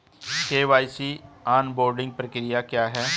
KYC onboarding प्रक्रिया क्या है?